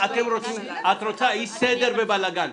את רוצה אי סדר ובלגן,